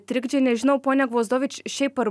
trikdžiai nežinau pone gvozdovič šiaip ar